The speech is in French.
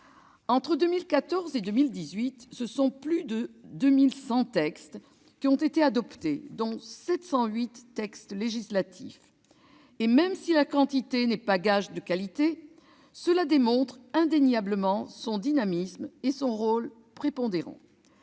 Entre 2014 et 2018, plus de 2 100 textes ont été adoptés, dont 708 textes législatifs. Et même si la quantité n'est pas gage de qualité, cela démontre indéniablement le dynamisme et le rôle prépondérant